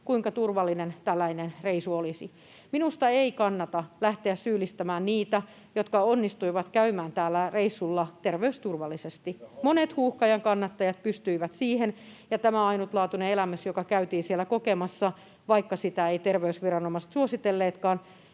kuinka turvallinen tällainen reissu olisi. Minusta ei kannata lähteä syyllistämään heitä, jotka onnistuivat käymään tällä reissulla terveysturvallisesti. Monet Huuhkajien kannattajat pystyivät siihen, ja tämä oli ainutlaatuinen elämys, joka käytiin siellä kokemassa, vaikka sitä eivät terveysviranomaiset suositelleetkaan.